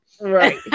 Right